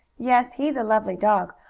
yes, he's a lovely dog.